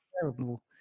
terrible